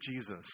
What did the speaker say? Jesus